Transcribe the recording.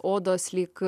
odos lyg